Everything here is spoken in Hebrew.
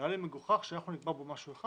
נראה לי מגוחך שאנחנו נקבע פה משהו אחד